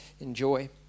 Enjoy